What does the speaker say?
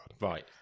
Right